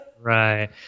Right